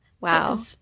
Wow